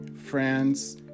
France